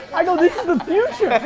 i go, this is the future.